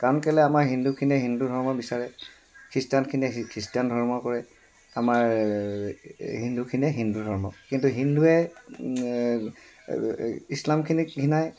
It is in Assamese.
কাৰণ কেলৈ আমাৰ হিন্দুখিনিয়ে হিন্দু ধৰ্ম বিচাৰে খ্ৰীষ্টানখিনিয়ে খ্ৰীষ্টান ধৰ্ম কৰে আমাৰ হিন্দুখিনিয়ে হিন্দু ধৰ্ম কিন্তু হিন্দুৱে ইছলামখিনিক ঘিণাই